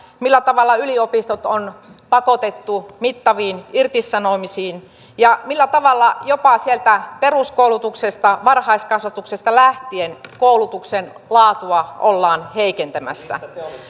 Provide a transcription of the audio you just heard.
millä tavalla yliopistot on pakotettu mittaviin irtisanomisiin ja millä tavalla jopa sieltä peruskoulutuksesta varhaiskasvatuksesta lähtien koulutuksen laatua ollaan heikentämässä